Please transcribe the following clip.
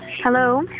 Hello